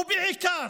ובעיקר